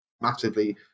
massively